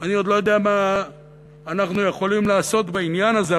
אני עוד לא יודע מה אנחנו יכולים לעשות בעניין הזה,